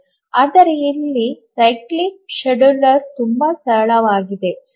ಆದರೆ ಇಲ್ಲಿ ಆವರ್ತಕ ವೇಳಾಪಟ್ಟಿ ತುಂಬಾ ಸರಳವಾಗಿದೆ